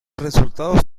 resultados